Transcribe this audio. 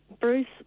Bruce